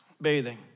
bathing